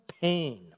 pain